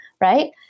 Right